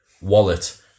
wallet